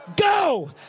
Go